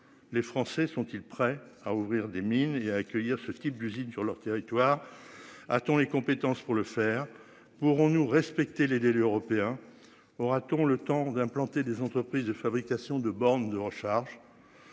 Les Français sont-ils prêts à ouvrir des mines et accueillir ce type d'usine sur leur territoire. A-t-on les compétences pour le faire. Pourrons nous respecter les délais européen aura-t-on le temps d'implanter des entreprises de fabrication de bornes de recharge.